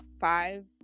five